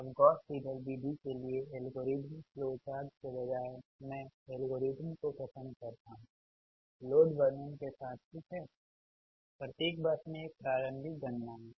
अब Gauss Seidel विधि के लिए एल्गोरिदम फ़्लोचार्ट के बजाय मैं एल्गोरिदम को पसंद करता हूँ लोड वर्णन के साथ ठीक है प्रत्येक बस में एक प्रारंभिक गणना है